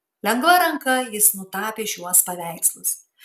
lengva ranka jis nutapė šiuo paveikslus